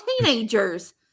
teenagers